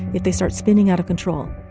if they start spinning out of control.